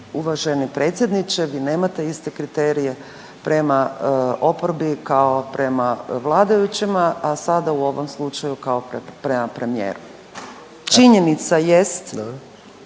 Uvaženi predsjedniče vi nemate iste kriterije prema oporbi kao prema vladajućima, a sada u ovom slučaju kao prema premijeru. Činjenica jest